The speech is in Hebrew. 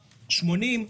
80,